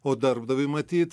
o darbdaviui matyt